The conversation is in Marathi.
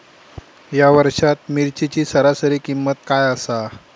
या वर्षात मिरचीची सरासरी किंमत काय आसा?